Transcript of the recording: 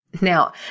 Now